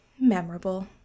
memorable